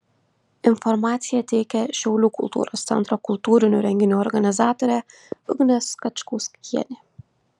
informaciją teikia šiaulių kultūros centro kultūrinių renginių organizatorė ugnė skačkauskienė